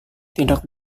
tidak